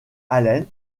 allen